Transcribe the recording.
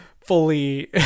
fully